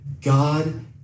God